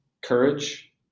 courage